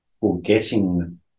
forgetting